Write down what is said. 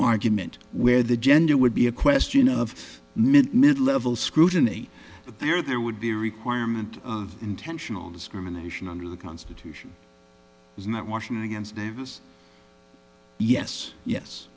argument where the gender would be a question of mint mid level scrutiny there there would be requirement of intentional discrimination under the constitution and that washington against davis yes